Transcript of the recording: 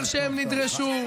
וזה לא בסדר שהם נדרשו.